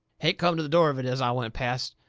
hank come to the door of it as i went past.